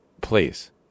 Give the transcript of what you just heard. please